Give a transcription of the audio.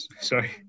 Sorry